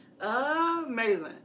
Amazing